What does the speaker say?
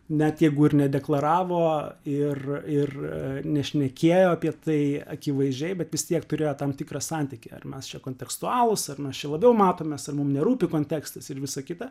net jeigu ir nedeklaravo ir ir nešnekėjo apie tai akivaizdžiai bet vis tiek turėjo tam tikrą santykį ar mes čia kontekstualūs ar mes čia labiau matomės ar mum nerūpi kontekstas ir visa kita